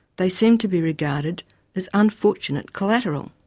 they seem to be regarded as unfortunate collateral.